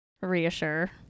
reassure